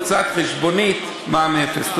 הוצאת חשבונית מע"מ אפס.